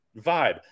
vibe